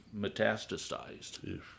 metastasized